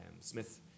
Smith